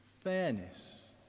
fairness